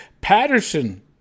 Patterson